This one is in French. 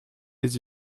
les